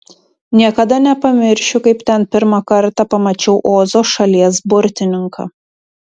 niekada nepamiršiu kaip ten pirmą kartą pamačiau ozo šalies burtininką